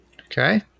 Okay